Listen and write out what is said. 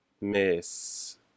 Miss